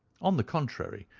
on the contrary,